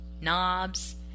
knobs